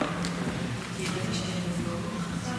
אדוני השר